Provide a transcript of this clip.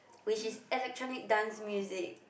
which is electronic dance music